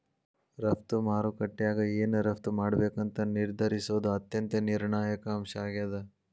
ರಫ್ತು ಮಾರುಕಟ್ಯಾಗ ಏನ್ ರಫ್ತ್ ಮಾಡ್ಬೇಕಂತ ನಿರ್ಧರಿಸೋದ್ ಅತ್ಯಂತ ನಿರ್ಣಾಯಕ ಅಂಶ ಆಗೇದ